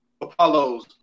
Apollo's